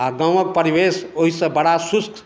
आओर गाँवके परिवेश ओहिसँ बड़ा सुस्त